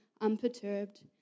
unperturbed